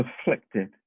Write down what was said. afflicted